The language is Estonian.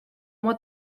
oma